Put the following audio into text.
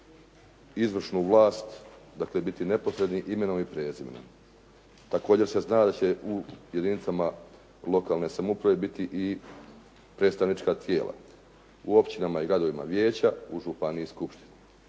izvršnu vlast dakle biti neposredni imenom i prezimenom. Također se zna da će u jedinicama lokalne samouprave biti i predstavnička tijela, u općinama i gradovima vijeća, u županiji skupštine.